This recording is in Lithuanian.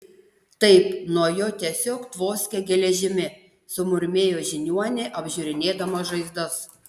taip nuo jo tiesiog tvoskia geležimi sumurmėjo žiniuonė apžiūrinėdama žaizdas